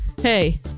hey